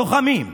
לוחמים.